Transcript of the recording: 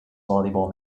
volleyball